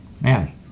Man